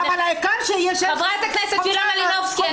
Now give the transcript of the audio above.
העיקר שיש חוק --- חברת הכנסת יוליה מלינובסקי,